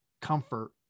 comfort